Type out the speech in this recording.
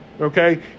Okay